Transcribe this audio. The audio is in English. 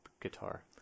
guitar